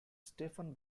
stephen